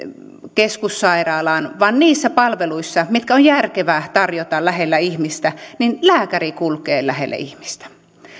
keskussairaalaan vaan niissä palveluissa mitkä on järkevää tarjota lähellä ihmistä lääkäri kulkee lähelle ihmistä